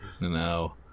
No